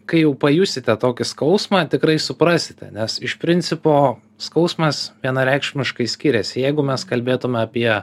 kai jau pajusite tokį skausmą tikrai suprasite nes iš principo skausmas vienareikšmiškai skiriasi jeigu mes kalbėtume apie